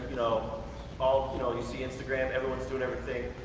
you know um you know you see instagram, everyone's doing everything.